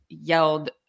yelled